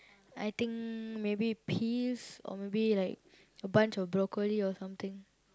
I think maybe peas or maybe like a bunch of broccoli or something